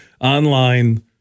online